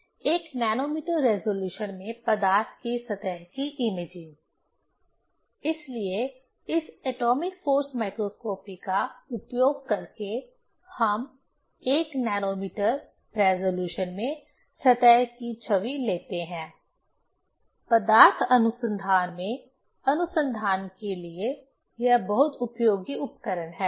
1 nanometre resolution में पदार्थ की सतह की इमेजिंग इसलिए इस एटॉमिक फोर्स माइक्रोस्कोपी का उपयोग करके हम 1 नैनोमीटर रिज़ॉल्यूशन में सतह की छवि लेते हैं पदार्थ अनुसंधान में अनुसंधान के लिए यह बहुत उपयोगी उपकरण है